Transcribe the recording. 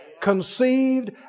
Conceived